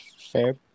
fair